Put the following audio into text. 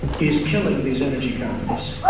is killing these energy companies.